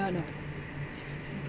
ah no